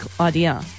idea